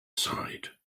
side